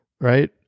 right